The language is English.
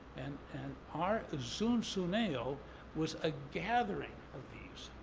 and and our zunzuneo was a gathering of these.